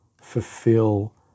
fulfill